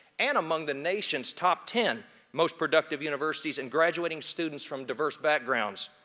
and among the nation's top ten most productive universities and graduating students from diverse backgrounds.